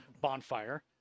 bonfire